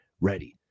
ready